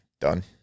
done